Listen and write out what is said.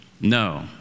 No